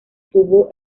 tuvo